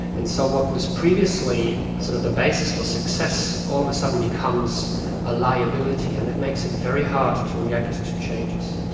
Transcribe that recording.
and so what was previously sort of the basis for success all of a sudden becomes a liability, and that makes it very hard to react to changes.